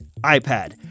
iPad